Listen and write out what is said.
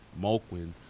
Mulquin